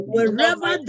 Wherever